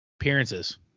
appearances